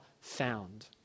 found